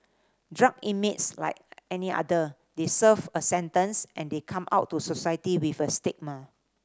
drug inmates like any other they serve a sentence and they come out to society with a stigma